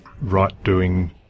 right-doing